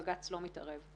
בג"ץ לא מתערב.